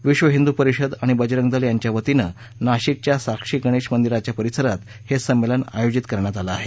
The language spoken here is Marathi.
विश्व हिंदू परिषद आणि बजरंग दल यांच्या वतीनं नाशिकच्या साक्षी गणेश मंदिराच्या परिसरात हे संमेलन आयोजित करण्यात आलं आहे